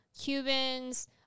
Cubans